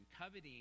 coveting